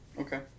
Okay